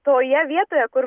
toje vietoje kur